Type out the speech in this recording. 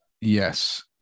Yes